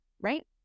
right